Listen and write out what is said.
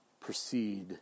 proceed